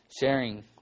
sharing